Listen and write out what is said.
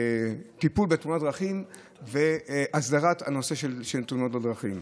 לטיפול בתאונות דרכים והסדרת הנושא של תאונות הדרכים.